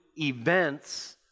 events